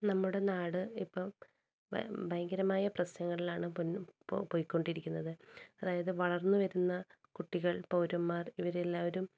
നമ്മുടെ നാട് ഇപ്പം ഭയങ്കരമായ പ്രശ്നങ്ങളിലാണ് ഇപ്പോൾ പോയിക്കൊണ്ടിരിക്കുന്നത് അതായത് വളർന്ന് വരുന്ന കുട്ടികൾ പൗരന്മാർ ഇവരെ എല്ലാവരും